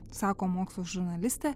sako mokslo žurnalistė